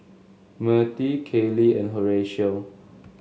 Mirtie Kailey and Horatio